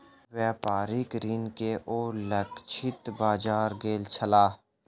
व्यापारिक ऋण के ओ लक्षित बाजार गेल छलाह